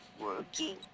working